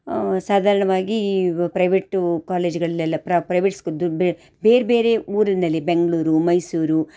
ಸಾಧಾರಣವಾಗಿ ಈ ಪ್ರೈವೇಟು ಕಾಲೇಜ್ಗಳೆಲೆಲ್ಲ ಪ್ರೈವೇಟ್ ಸ್ಕೂ ದುಡ್ಡು ಬೇರೆಬೇರೆ ಊರಿನಲ್ಲಿ ಬೆಂಗಳೂರು ಮೈಸೂರು